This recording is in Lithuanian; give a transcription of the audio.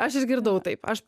aš išgirdau taip aš